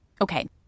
Okay